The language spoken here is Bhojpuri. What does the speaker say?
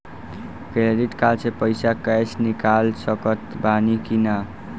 क्रेडिट कार्ड से पईसा कैश निकाल सकत बानी की ना?